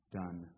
done